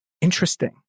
interesting